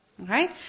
Right